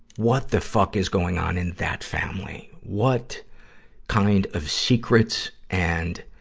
what the fuck is going on in that family? what kind of secrets and,